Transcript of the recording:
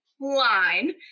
Line